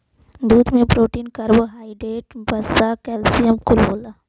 दूध में protein, carbohydrate, वसा, कैल्सियम कुल होला